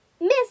Miss